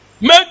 make